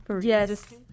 yes